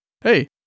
hey